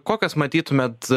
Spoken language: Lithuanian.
kokias matytumėt